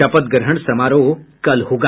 शपथ ग्रहण समारोह कल होगा